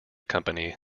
company